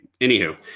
Anywho